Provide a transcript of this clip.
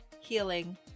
healing